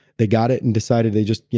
they got it and decided they just,